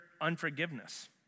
unforgiveness